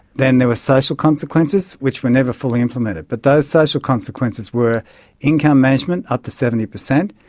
then there were social consequences which were never fully implemented, but those social consequences were income management up to seventy percent,